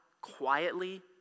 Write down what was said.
quietly